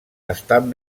estan